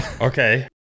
okay